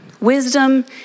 Wisdom